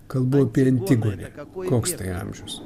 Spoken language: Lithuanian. kalbu apie antigonę koks tai amžius